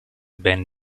ben